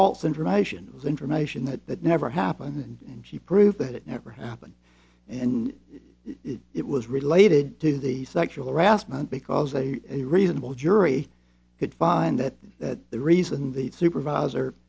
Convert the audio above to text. false information was information that that never happened and she proved that it never happened and it was related to the sexual harassment because a reasonable jury could find that that the reason the supervisor